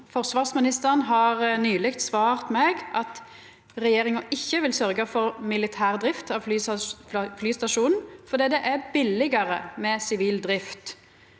Forsvarsministeren har nyleg svart meg at regjeringa ikkje vil sørgja for militær drift av flystasjonen, fordi det er billegare med sivil drift.